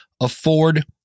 afford